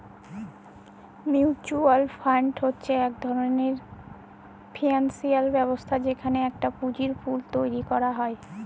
mutual fund হচ্ছে এক ধরনের ফিনান্সিয়াল ব্যবস্থা যেখানে একটা পুঁজির পুল তৈরী করা হয়